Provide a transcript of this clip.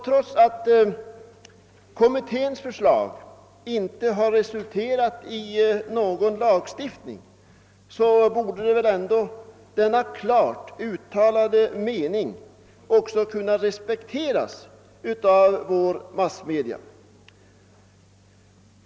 Trots att kommitténs förslag inte resulterat i någon lagstiftning, borde väl ändå denna klart uttalade mening också kunna respekteras av våra massmedia. Var är alkoholreklamen mer påträngande än just i TV.